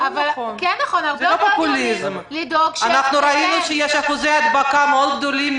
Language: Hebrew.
אני רוצה ממנו סקירה התחלתית,